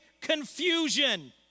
confusion